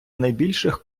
найбільших